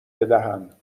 بدهم